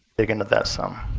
dig into that some.